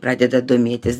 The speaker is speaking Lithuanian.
pradeda domėtis